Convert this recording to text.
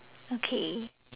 okay